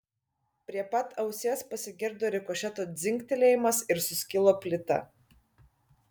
prie pat ausies pasigirdo rikošeto dzingtelėjimas ir suskilo plyta